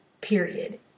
period